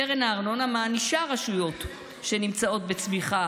קרן ארנונה מענישה רשויות שנמצאות בצמיחה